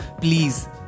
please